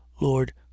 lord